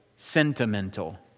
sentimental